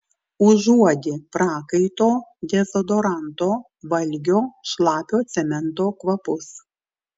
užuodi prakaito dezodoranto valgio šlapio cemento kvapus